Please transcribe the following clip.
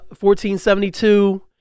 1472